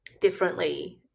differently